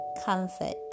comfort